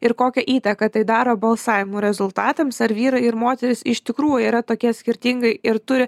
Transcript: ir kokią įtaką tai daro balsavimo rezultatams ar vyrai ir moterys iš tikrųjų yra tokie skirtingai ir turi